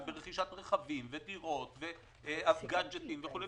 למשל ברכישת רכבים ודירות וגדג'טים וכולי,